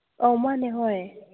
ꯑꯧ ꯃꯥꯅꯦ ꯍꯣꯏ